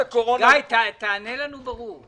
גיא, תענה לנו בצורה ברורה.